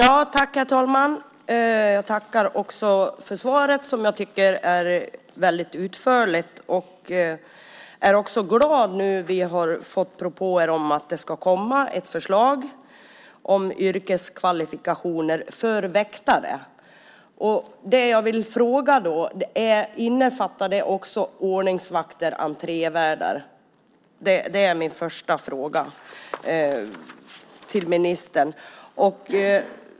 Herr talman! Jag tackar för svaret som jag tycker är väldigt utförligt. Jag är också glad över att vi har fått höra att det ska komma ett förslag om yrkeskvalifikationer för väktare. Jag vill fråga om det också innefattar ordningsvakter och entrévärdar. Det är min första fråga till ministern.